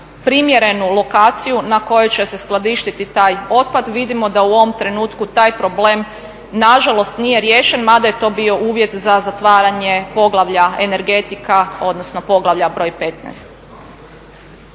primjerenu lokaciju na kojoj će se skladištiti taj otpad. Vidimo da u ovom trenutku taj problem na žalost nije riješen mada je to bio uvjet za zatvaranje poglavlja Energetika odnosno poglavlja broj XV.